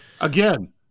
again